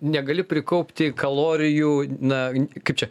negali prikaupti kalorijų na kaip čia